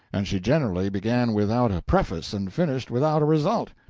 and she generally began without a preface and finished without a result.